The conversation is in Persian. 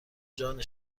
جان